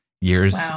years